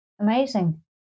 Amazing